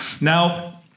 Now